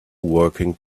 working